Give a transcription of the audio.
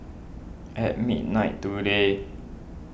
at midnight today